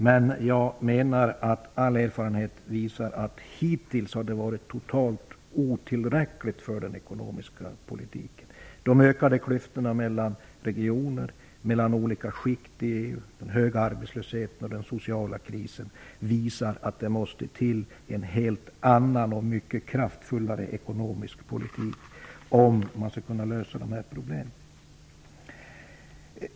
Men jag menar att all erfarenhet visar att de hittills har varit helt otillräckliga för den ekonomiska politiken. De ökade klyftorna mellan olika regioner och mellan olika skikt, den höga arbetslösheten och den sociala krisen visar att det måste till en helt annan och mycket kraftfullare ekonomisk politik om man skall kunna lösa de här problemen.